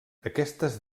aquestes